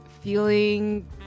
feeling